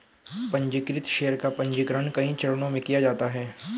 पन्जीकृत शेयर का पन्जीकरण कई चरणों में किया जाता है